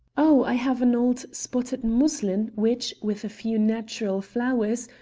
oh, i have an old spotted muslin which, with a few natural flowers,